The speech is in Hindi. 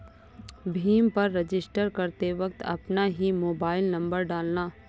भीम पर रजिस्टर करते वक्त अपना ही मोबाईल नंबर डालना